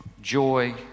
joy